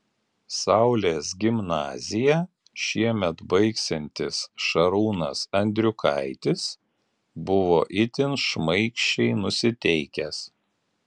saulės gimnaziją šiemet baigsiantis šarūnas andriukaitis buvo itin šmaikščiai nusiteikęs